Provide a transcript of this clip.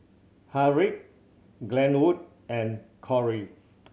Harriett Glenwood and Corey